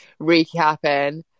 recapping